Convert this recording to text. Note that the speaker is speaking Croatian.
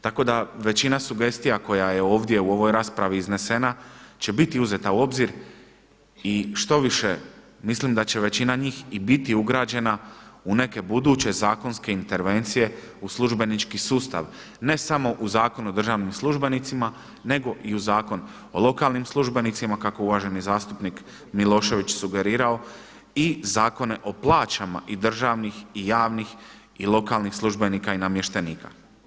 Tako da većina sugestija koja je ovdje u ovoj raspravi iznesena će biti uzeta u obzir i štoviše, mislim da će većina njih i biti ugrađena u neke buduće zakonske intervencije u službenički sustav ne samo u Zakon o državnim službenicima, nego i u Zakon o lokalnim službenicima kako uvaženi zastupnik Milošević sugerirao i Zakone o plaćama i državnih i javnih i lokalnih službenika i namještenika.